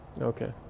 okay